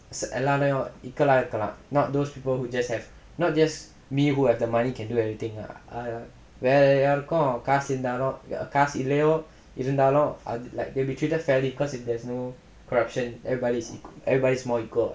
எல்லாலையும்:ellaalayum equal ah இருக்கலாம்:irukkalaam not those people who just have not just me who has the money can do anything lah err வேற யாருக்கும் காசு இருந்தாலும் காசு இல்லயோ இருந்தாலும்:vera yaarukkum kaasu irunthaalum kaasu illayo irunthaalum like they'll be treated fairly cause if there's no corruption everybody's eq~ everybody is more equal